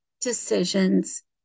decisions